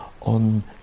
on